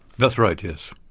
that's right, yes.